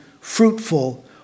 fruitful